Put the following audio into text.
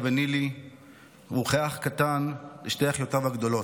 ונילי וכאח קטן לשתי אחיותיו הגדולות.